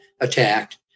attacked